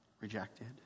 rejected